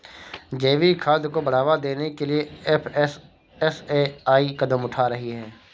जैविक खाद को बढ़ावा देने के लिए एफ.एस.एस.ए.आई कदम उठा रही है